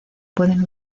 pueden